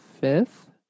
fifth